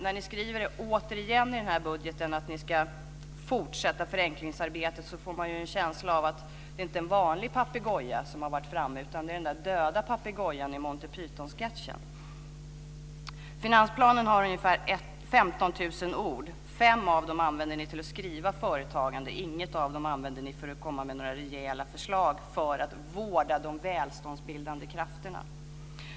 När ni i denna budget återigen skriver att ni ska fortsätta med förenklingsarbetet får man en känsla av att det inte är en vanlig papegoja som varit framme utan att det är fråga om den döda papegojan i Monte Pythonsketchen. Finansplanen innehåller ungefär 15 000 ord. 5 av dem använder ni till att skriva ordet företagande men inget av dem använder ni till att formulera rejäla förslag för att vårda de välståndsbildande krafterna.